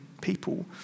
people